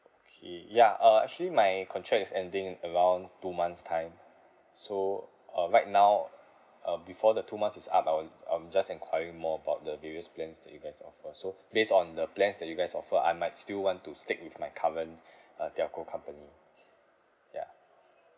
okay ya uh actually my contract is ending in around two months' time so uh right now uh before the two months is up I want I'm just enquiring more about the various plans that you guys offer so based on the plans that you guys offer I might still want to stick with my current uh telco company ya